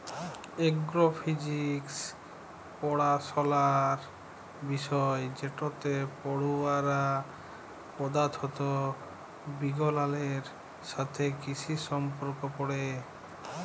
এগ্র physics পড়াশলার বিষয় যেটতে পড়ুয়ারা পদাথথ বিগগালের সাথে কিসির সম্পর্ক পড়ে